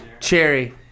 cherry